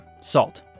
Salt